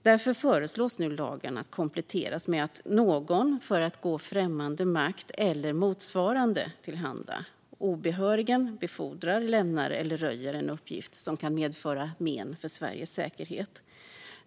Därför föreslås nu att lagen kompletteras med en formulering om att någon, för att gå en främmande makt eller motsvarande till handa, obehörigen befordrar, lämnar eller röjer en uppgift som kan medföra men för Sveriges säkerhet.